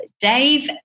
Dave